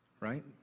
Right